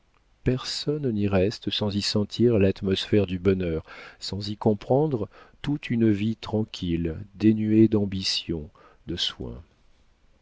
personne n'y reste sans y sentir l'atmosphère du bonheur sans y comprendre toute une vie tranquille dénuée d'ambition de soins